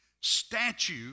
statue